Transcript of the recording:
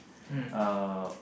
uh